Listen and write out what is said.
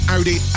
Audi